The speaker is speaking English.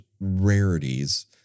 rarities